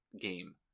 game